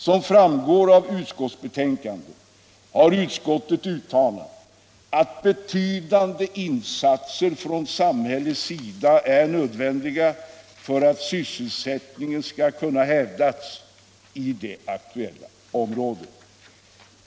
Som framgår av utskottsbetänkandet har utskottet uttalat att betydande insatser från samhällets sida är nödvändiga för att sysselsättningen skall kunna hävdas i det aktuella området.